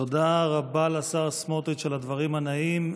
תודה רבה לשר סמוטריץ' על הדברים הנאים.